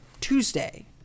Tuesday